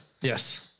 Yes